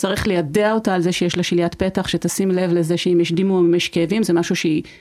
צריך לידע אותה על זה שיש לה שיליית פתח, שתשים לב לזה שאם יש דימום, יש כאבים, זה משהו שהיא...